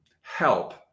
help